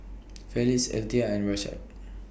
Felix Althea and Rashad